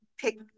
pick